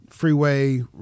Freeway